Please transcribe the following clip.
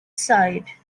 side